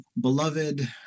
beloved